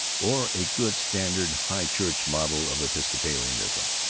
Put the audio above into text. or a good standard high-church model of episcopalianism.